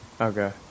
Okay